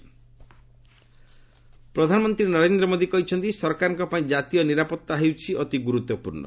PM interview ପ୍ରଧାନମନ୍ତ୍ରୀ ନରେନ୍ଦ ମୋଦି କହିଛନ୍ତି ସରକାରଙ୍କ ପାଇଁ ଜାତୀୟ ନିରାପତ୍ତା ହେଉଛି ଅତି ଗୁରୁତ୍ୱପୂର୍ଣ୍ଣ